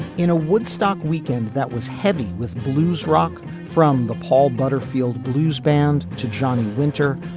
in a woodstock weekend that was heavy with blues rock from the paul butterfield blues band to johnny winter.